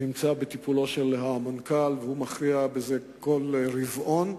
נמצא בטיפול המנכ"ל, והוא מכריע בזה בכל רבעון.